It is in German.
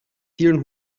vielen